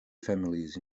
families